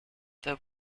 there